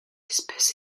espèce